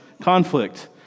conflict